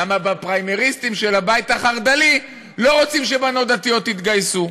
כי הפריימריסטים של הבית החרד"לי לא רוצים שבנות דתיות יתגייסו.